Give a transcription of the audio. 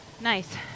Nice